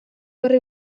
berri